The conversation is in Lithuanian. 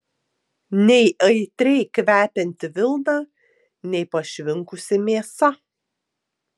nei aitriai kvepianti vilna nei pašvinkusi mėsa